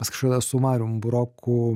mes kažkada su marium buroku